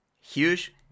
huge